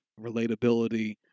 relatability